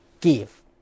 give